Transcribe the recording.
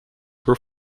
por